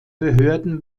behörden